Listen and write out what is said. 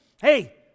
hey